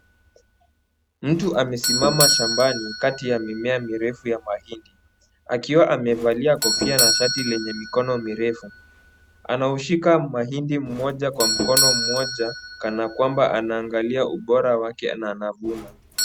Mtu amesimama shambani kati ya mimea mirefu ya mahindi akiwa amevalia kofia na shati lenye mikono mirefu. Anaushika mahindi mmoja kwa mkono mmoja kana kwamba anaangalia ubora wake na anavuna.